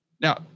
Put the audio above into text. Now